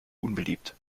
unbeliebt